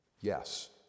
yes